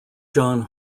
john